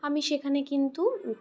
আমি সেখানে কিন্তু